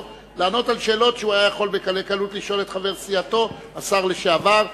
לענות על שאלות שהוא היה יכול בקלי קלות לשאול את חבר סיעתו השר לשעבר.